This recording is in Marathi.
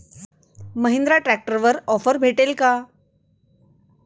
महिंद्रा ट्रॅक्टरवर ऑफर भेटेल का?